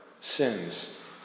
sins